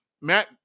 Matt